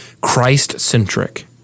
Christ-centric